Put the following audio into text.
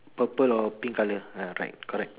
purple or pink colour ya right correct